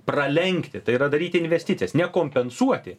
pralenkti tai yra daryti investicijas nekompensuoti